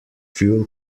fuel